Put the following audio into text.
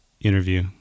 interview